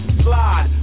slide